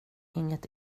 inget